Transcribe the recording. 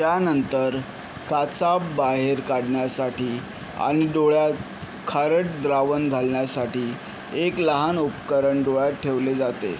त्यानंतर काचाब बाहेर काढण्यासाठी आणि डोळ्यात खारट द्रावण घालण्यासाठी एक लहान उपकरण डोळ्यात ठेवले जाते